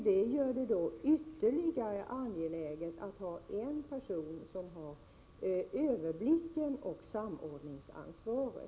Det gör det ytterligare angeläget att ha en person som har överblicken och bär samordningsansvaret.